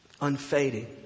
Unfading